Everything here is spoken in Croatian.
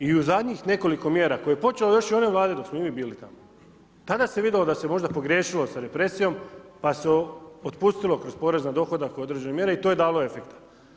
I u zadnjih nekoliko mjera, koje je počelo još i u onoj Vladi, dok smo mi bili tamo, tada se vidjelo da se možda pogriješilo sa represijom, pa se otpustilo kroz porez na dohodak u određenoj mjeri i to je dalo efekta.